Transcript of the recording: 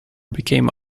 became